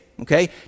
okay